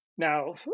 Now